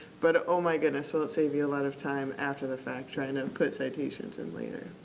but, oh my goodness will it save you a lot of time after the fact trying to and put citations in later.